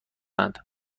اند